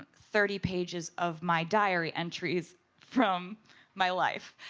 ah thirty pages of my diary entries from my life.